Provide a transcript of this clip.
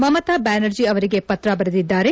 ಮಮತಾ ಬ್ಯಾನರ್ಜಿ ಅವರಿಗೆ ಪತ್ರ ಬರೆದಿದ್ದಾರೆ